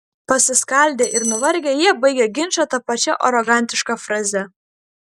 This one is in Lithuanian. pasiskaldę ir nuvargę jie baigia ginčą ta pačia arogantiška fraze